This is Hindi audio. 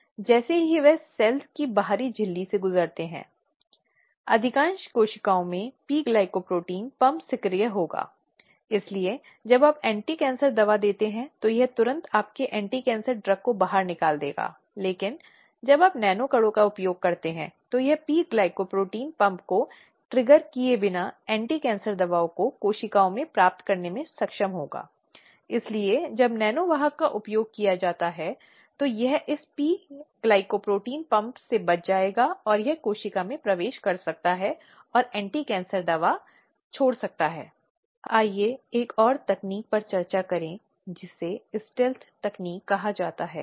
तो यह ऐसी स्थिति नहीं होनी चाहिए कि अधिनियम अपने निजी लाभ के लिए या किसी अन्य व्यक्ति के साथ अपने निजी मुद्दे को निपटाने के लिए परिशोधित हो और यह इस स्थिति में है कि यह प्रावधान बहुत महत्वपूर्ण हो जाता है और यह महिलाओं की ओर से जरूरी है कि यह देखें कि यदि कोई वास्तविक मामला है तो एक वास्तविक आरोप है तो उसे निश्चित रूप से शिकायत में लाना चाहिए और इसे सुनिश्चित करने के लिए आगे बढ़ना चाहिए